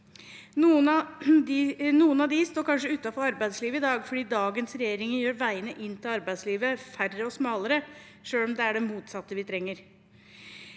Noen av dem står kanskje utenfor arbeidslivet i dag, fordi dagens regjering gjør veiene inn til arbeidslivet færre og smalere, selv om det er det motsatte vi trenger: